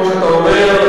כמו שאתה אומר,